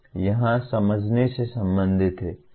यह समझने से संबंधित है